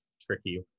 tricky